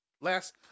Last